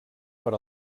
per